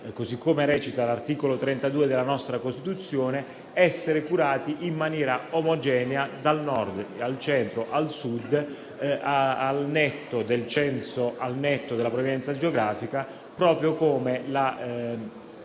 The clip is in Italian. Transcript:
che, come recita l'articolo 32 della nostra Costituzione, devono essere curati in maniera omogenea dal Nord al Centro e al Sud, al netto del censo e della provenienza geografica, in coerenza